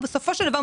ובסופו של דבר,